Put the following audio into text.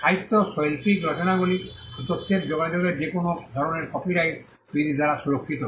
সাহিত্য শৈল্পিক রচনাগুলি বা তথ্যের যোগাযোগের যে কোনও ধরণের যা কপিরাইট বিধি দ্বারা সুরক্ষিত